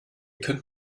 könnt